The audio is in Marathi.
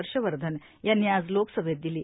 हर्षवर्धन यांनी आज लोकसभेत दिली